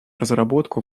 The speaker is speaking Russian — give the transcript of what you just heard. разработку